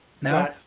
No